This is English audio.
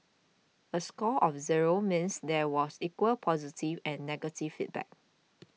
a score of zero means there was equal positive and negative feedback